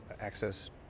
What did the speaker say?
access